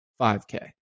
5K